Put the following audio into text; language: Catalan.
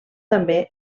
també